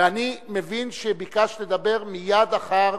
ואני מבין שביקשת לדבר מייד אחר